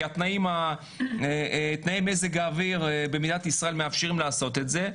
כי תנאי מזג האוויר במדינת ישראל מאפשרים לעשות את זה.